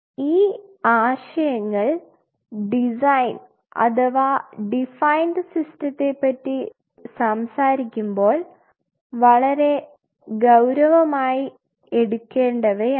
ഈ ആശയങ്ങൾ ഡിസൈൻ അഥവാ ഡിഫൈൻഡ് സിസ്റ്റത്തെ പറ്റി സംസാരിക്കുമ്പോൾ വളരെ ഗൌരവമായി എടുക്കേണ്ടവയാണ്